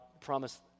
promise